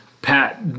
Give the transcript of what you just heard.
Pat